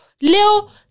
Leo